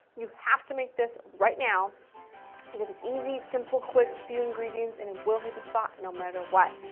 you have to make this right now because it's easy it's simple, quick, few ingredients and and will hit the spot no matter what.